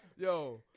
Yo